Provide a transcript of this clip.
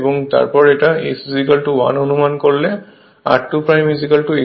এবং তারপর এটা S 1 অনুমান করলে r2 S2 হবে